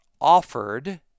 offered